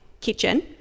kitchen